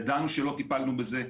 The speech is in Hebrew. ידענו שלא טיפלנו בזה.